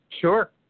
Sure